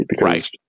Right